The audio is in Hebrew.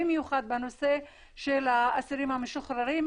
במיוחד בנושא של האסירים המשוחררים.